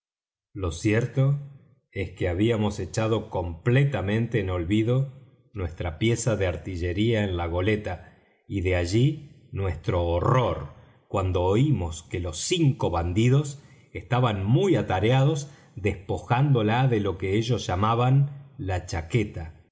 lo cierto es que habíamos echado completamente en olvido nuestra pieza de artillería en la goleta y de allí nuestro horror cuando oímos que los cinco bandidos estaban muy atareados despojándola de lo que ellos llamaban la chaqueta